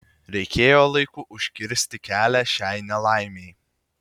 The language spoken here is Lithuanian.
reikėjo laiku užkirsti kelią šiai nelaimei